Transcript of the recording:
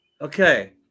Okay